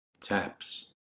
taps